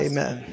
Amen